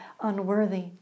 unworthy